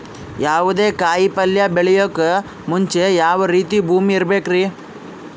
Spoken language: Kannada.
ಯಾವುದೇ ಕಾಯಿ ಪಲ್ಯ ಬೆಳೆಯೋಕ್ ಮುಂಚೆ ಯಾವ ರೀತಿ ಭೂಮಿ ಇರಬೇಕ್ರಿ?